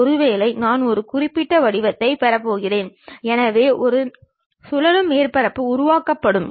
சித்திர வரைபடத்தில் ஒரு பொருளின் 3 பக்கங்களும் ஒரே தோற்றத்தில் காட்டப்படுகின்றன